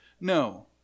No